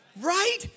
right